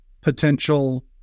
potential